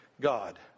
God